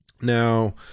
Now